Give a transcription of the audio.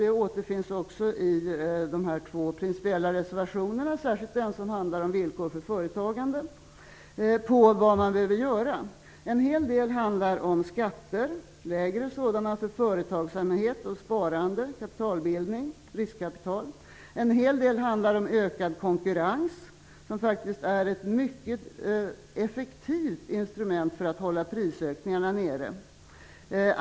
Det återfinns också i de två principiella reservationerna, särskilt i den som handlar om villkor för företagande. En hel del handlar om skatter - lägre sådana för företagsamhet, sparande, kapitalbildning och riskkapital. En hel del handlar om ökad konkurrens, som faktiskt är ett mycket effektivt instrument för att hålla prisökningarna nere.